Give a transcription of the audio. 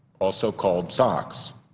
also called sox.